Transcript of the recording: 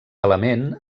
element